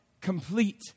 complete